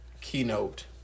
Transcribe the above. keynote